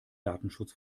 datenschutz